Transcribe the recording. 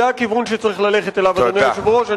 זה הכיוון שצריך ללכת אליו, אדוני היושב-ראש.